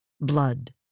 blood